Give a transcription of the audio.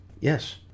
Yes